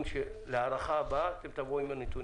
להארכה הבאה תבואו עם נתונים.